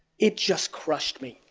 it just crushed me.